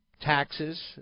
taxes